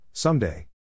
Someday